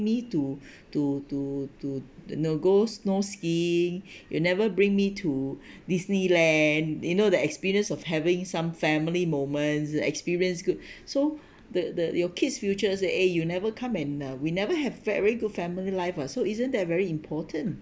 me to to to to the go snow skiing you never bring me to disneyland you know the experience of having some family moments experience good so the the your kids' futures eh you never come and uh we never have very good family life what so isn't that very important